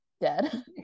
dead